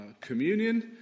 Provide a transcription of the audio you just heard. communion